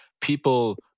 people